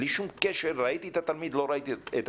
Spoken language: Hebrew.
בלי שום קשר אם ראו את התלמיד או לא ראו את התלמיד,